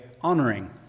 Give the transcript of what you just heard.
honoring